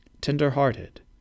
tender-hearted